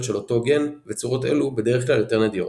של אותו גן וצורות אלו בדרך כלל יותר נדירות.